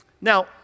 Now